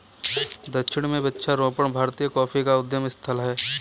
दक्षिण में वृक्षारोपण भारतीय कॉफी का उद्गम स्थल है